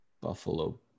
Buffalo